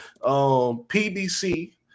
PBC